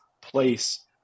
place